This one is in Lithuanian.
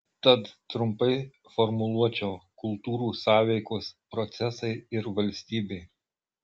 tad trumpai formuluočiau kultūrų sąveikos procesai ir valstybė